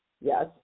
yes